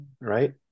right